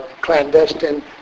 clandestine